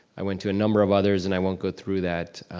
i went to a number of others and i won't go through that.